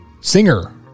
singer